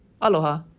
Aloha